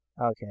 Okay